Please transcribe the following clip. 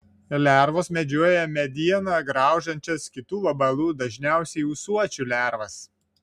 lervos medžioja medieną graužiančias kitų vabalų dažniausiai ūsuočių lervas